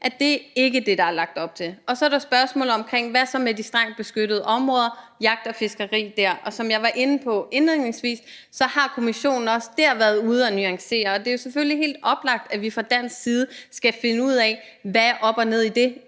at det ikke er det, der er lagt op til. Så er der spørgsmålet om, hvorvidt der kan drives jagt og fiskeri i de strengt beskyttede områder. Som jeg var inde på indledningsvis, har Kommissionen også der været ude at nuancere. Det er selvfølgelig helt oplagt, at vi fra dansk side skal finde ud af, hvad der er op og ned i det,